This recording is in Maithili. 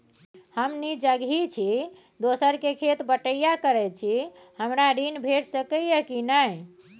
हम निजगही छी, दोसर के खेत बटईया करैत छी, हमरा ऋण भेट सकै ये कि नय?